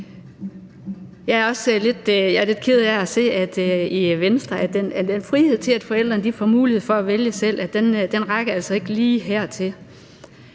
Jeg er også lidt ked af at se i Venstre, at den frihed til, at forældrene får mulighed for at vælge selv, altså ikke rækker lige hertil.